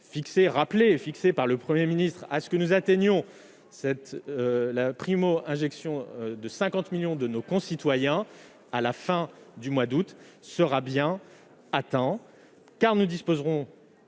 L'objectif fixé par le Premier ministre que nous atteignions la primo-injection de 50 millions de nos concitoyens à la fin du mois d'août sera bien atteint, parce que nous disposerons